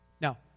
Now